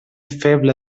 feble